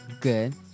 Good